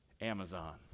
Amazon